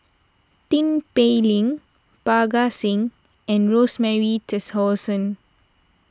Tin Pei Ling Parga Singh and Rosemary Tessensohn